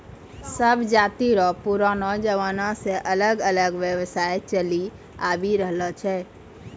सब जाति रो पुरानो जमाना से अलग अलग व्यवसाय चलि आवि रहलो छै